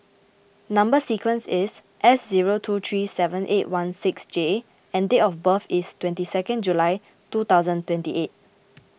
Number Sequence is S zero two three seven eight one six J and date of birth is twenty two July two thousand and twenty eight